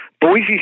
Boise